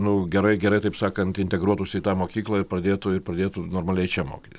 nu gerai gerai taip sakant integruotųsi į tą mokyklą ir pradėtų ir pradėtų normaliai čia mokytis